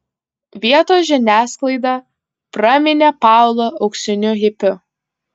vietos žiniasklaida praminė paulą auksiniu hipiu